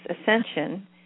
Ascension